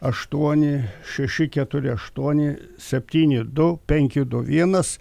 aštuoni šeši keturi aštuoni septyni du penki du vienas